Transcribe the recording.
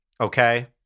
Okay